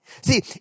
See